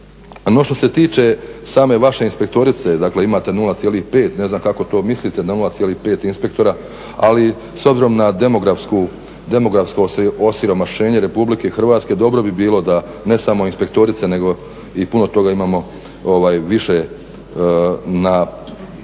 No, što se tiče same vaše inspektorice, dakle imate 0,5. Ne znam kako to mislite 0,5 inspektora. Ali s obzirom na demografsko osiromašenje Republike Hrvatske dobro bi bilo da ne samo inspektorica nego i puno toga imamo više na